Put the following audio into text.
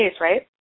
right